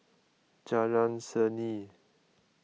Jalan Seni